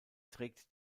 trägt